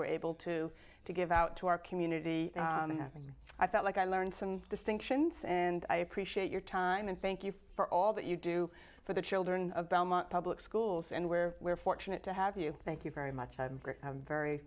were able to to give out to our community and i felt like i learned some distinctions and i appreciate your time and thank you for all that you do for the children of belmont public schools and where we're fortunate to have you thank you very much i'm